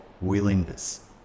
willingness